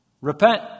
repent